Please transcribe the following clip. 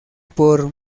por